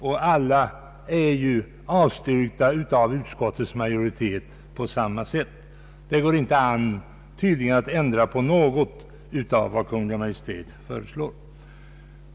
Samtliga har avstyrkts av utskottets majoritet. Det går tydligen inte att ändra på något av vad Kungl. Maj:t föreslår.